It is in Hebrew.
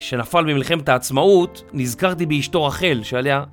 שנפל במלחמת העצמאות, נזכרתי באשתו רחל שעליה...